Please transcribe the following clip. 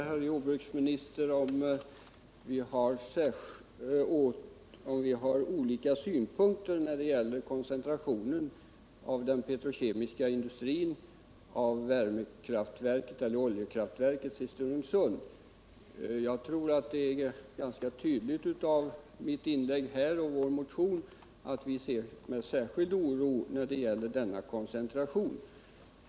Herr talman! Jag vet inte, herr jordbruksminister, om vi har olika synpunkter på koncentrationen av den petrokemiska industrin och oljekraftverket i Stenungsund. Jag tror att det framgår ganska tydligt av mitt inlägg här och av vår motion att jag ser med särskild oro på denna koncentration.